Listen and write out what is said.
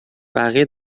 بقیه